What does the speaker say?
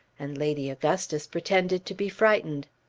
and lady augustus pretended to be frightened.